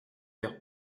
faire